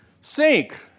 sink